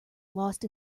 lost